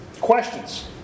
Questions